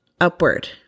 upward